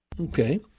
Okay